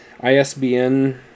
ISBN